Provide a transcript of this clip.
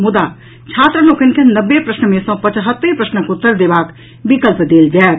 मुदा छात्र लोकनि के नब्बे प्रश्न मे सँ पचहत्तरि प्रश्नक उत्तर देबाक विकल्प देल जायत